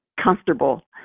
Comfortable